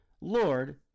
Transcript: Lord